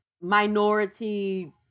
minority